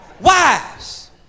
Wives